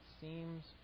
seems